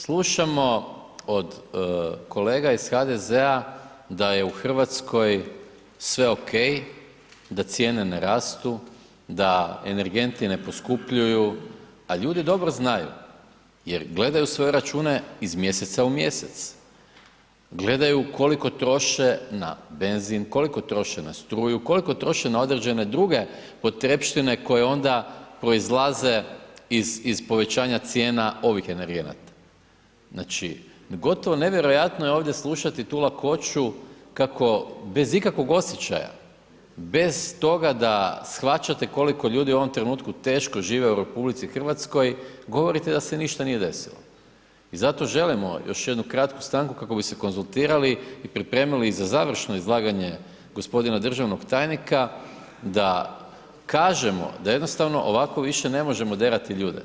Slušamo od kolega iz HDZ-a da je u Hrvatskoj sve ok, da cijene ne rastu, da energenti ne poskupljuju, a ljudi dobro znaju jer gledaju svoje račune iz mjeseca u mjesec, gledaju koliko troše na benzin, koliko troše na struju, koliko troše na određene druge potrepštine koje onda proizlaze iz povećanja cijena ovih energenata, znači gotovo nevjerojatno je ovdje slušati tu lakoću kako bez ikakvog osjećaja, bez toga da shvaćate koliko ljudi u ovom trenutku teško žive u Republici Hrvatskoj govorite da se ništa nije desilo, i zato želimo još jednu kratku stanku kako bi se konzultirali i pripremili za završno izlaganje gospodina državnog tajnika da kažemo da jednostavno ovako više ne možemo derati ljude.